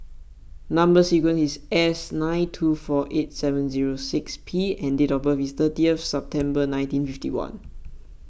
Number Sequence is S nine two four eight seven zero six P and date of birth is thirtieth September nineteen fifty one